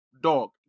Dog